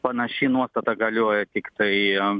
panaši nuostata galioja tiktai